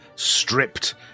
Stripped